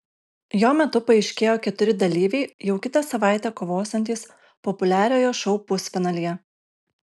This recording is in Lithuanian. jo metu paaiškėjo keturi dalyviai jau kitą savaitę kovosiantys populiariojo šou pusfinalyje